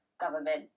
government